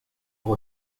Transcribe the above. pour